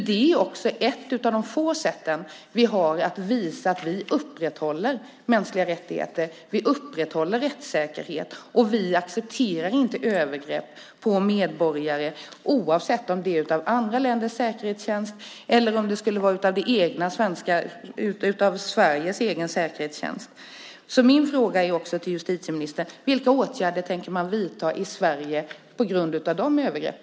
Det är ett av de få sätt vi har att visa att vi upprätthåller mänskliga rättigheter och rättssäkerhet och att vi inte accepterar övergrepp på medborgare, oavsett om de begås av andra länders säkerhetstjänst eller av Sveriges egen säkerhetstjänst. Min fråga till justitieministern är: Vilka åtgärder tänker man vidta i Sverige på grund av dessa övergrepp?